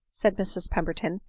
said mrs pemberton,